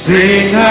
Sing